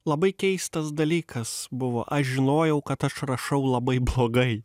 labai keistas dalykas buvo aš žinojau kad aš rašau labai blogai